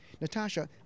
Natasha